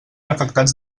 afectats